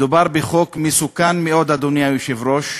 מדובר בחוק מסוכן מאוד, אדוני היושב-ראש,